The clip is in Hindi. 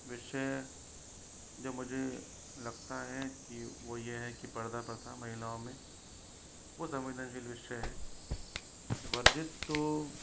विषय जो मुझे लगता है कि वह यह है कि पर्दा प्रथा महिलाओं में वह संवेदनशील विषय है वर्जित तो